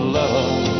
love